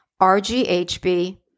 RGHB